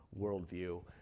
worldview